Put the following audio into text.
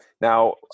now